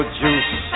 juice